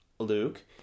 Luke